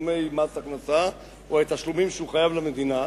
תשלומי מס הכנסה או תשלומים שהוא חייב למדינה.